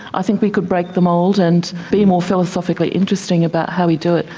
i think we could break the mould and be more philosophically interesting about how we do it.